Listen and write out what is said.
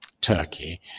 Turkey